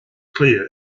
clear